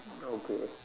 okay